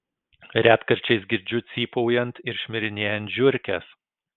retkarčiais girdžiu cypaujant ir šmirinėjant žiurkes